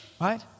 Right